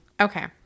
Okay